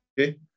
Okay